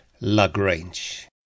Lagrange